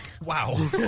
Wow